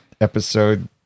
episode